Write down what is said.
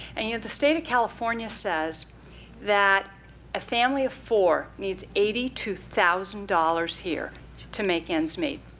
and you know the state of california says that a family of four needs eighty two thousand dollars here to make ends meet.